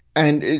and it,